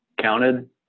counted